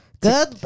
Good